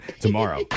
tomorrow